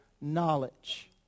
knowledge